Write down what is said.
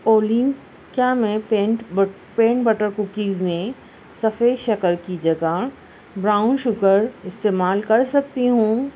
اولی کیا میں پینٹ پین بٹر کوکیز میں سفید شکر کی جگہ براؤن شوگر استعمال کر سکتی ہوں